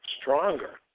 stronger